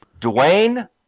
Dwayne